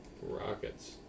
Rockets